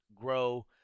grow